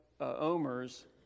omers